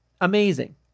Amazing